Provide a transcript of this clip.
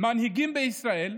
מנהיגים בישראל,